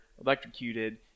electrocuted